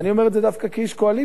ואני אומר את זה דווקא כאיש קואליציה,